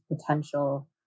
potential